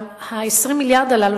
גם 20 המיליארד הללו,